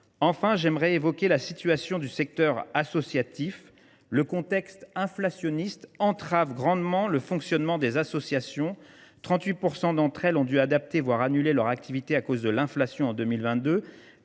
Enfin, j’aimerais évoquer la situation du secteur associatif. Le contexte inflationniste entrave grandement le fonctionnement des associations : 38 % d’entre elles ont dû adapter, voire annuler, leurs activités à cause de l’inflation en 2022